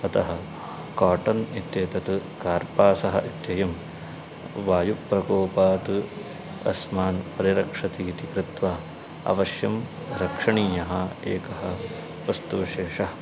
अतः काटन् इत्येतत् कार्पासः इत्ययं वायुप्रकोपात् अस्मान् परिरक्षति इति कृत्वा अवश्यं रक्षणीयः एकः वस्तुविशेषः